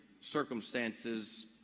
circumstances